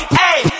hey